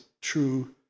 true